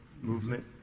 movement